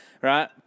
right